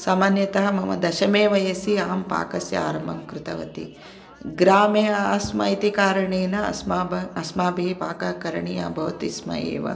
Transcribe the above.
सामान्यतः मम दशमे वयसि अहं पाकस्य आरम्भं कृतवती ग्रामे आस्मा इति कारणेन अस्माभिः पाकः करणीयः भवति स्म एव